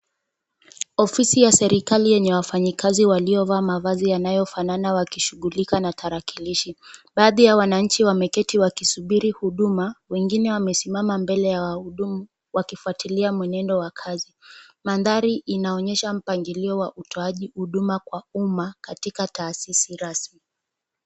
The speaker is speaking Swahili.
Ofisi ya serikali yenye wafanyikazi waliovaa mavazi yanayofanana wakishughulika na tarakilishi. Baadhi ya wananchi wameketi wakisubiri huduma, wengine wamesimama mbele ya wahudumu wakifuatilia mwenendo wa kazi. Mandhari inaonyesha mpangilio wa utoaji huduma kwa umma katika taasisi rasmi.